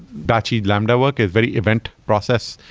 batching lambda work, is very event process,